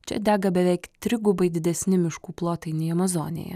čia dega beveik trigubai didesni miškų plotai nei amazonėje